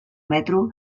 metro